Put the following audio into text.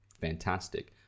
fantastic